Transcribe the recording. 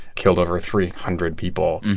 killed over three hundred people.